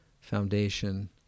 foundation